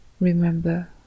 remember